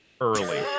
early